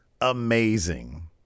Amazing